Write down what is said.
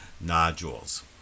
nodules